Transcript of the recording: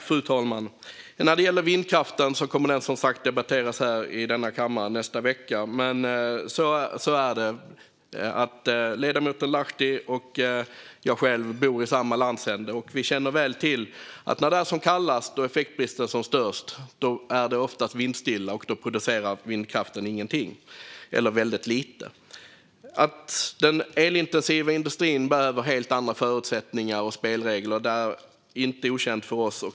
Fru talman! Vindkraften kommer som sagt att debatteras i denna kammare nästa vecka. Ledamoten Lahti och jag bor i samma landsände. Vi känner väl till att när det är som kallast och effektbristen är som störst är det oftast vindstilla. Då producerar vindkraften ingenting eller väldigt lite. Att den elintensiva industrin behöver helt andra förutsättningar och spelregler är inte okänt för oss.